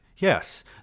Yes